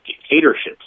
Dictatorships